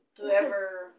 whoever